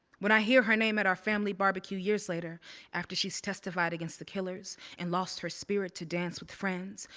when i hear her name at our family barbecue years later after she's testified against the killers and lost her spirit to dance with friends,